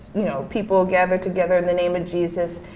you know people gather together in the name of jesus,